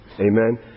Amen